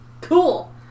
cool